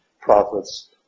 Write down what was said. prophets